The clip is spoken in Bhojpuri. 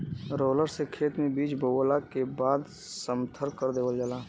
रोलर से खेत में बीज बोवला के बाद समथर कर देवल जाला